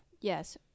Yes